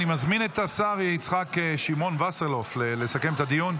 אני מזמין את השר יצחק שמעון וסרלאוף לסכם את הדיון.